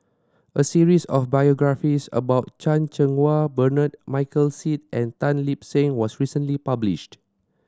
a series of biographies about Chan Cheng Wah Bernard Michael Seet and Tan Lip Seng was recently published